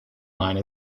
line